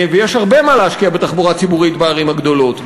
יש הרבה מה להשקיע בתחבורה ציבורית בערים הגדולות,